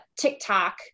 TikTok